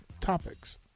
topics